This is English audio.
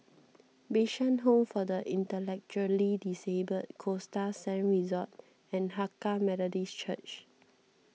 Bishan Home for the Intellectually Disabled Costa Sands Resort and Hakka Methodist Church